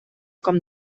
com